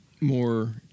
more